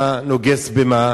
מה נוגס במה.